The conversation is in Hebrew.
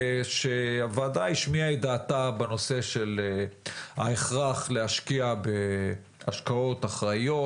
הוועדה השמיעה את דעתה בנושא של ההכרח להשקיע בהשקעות אחראיות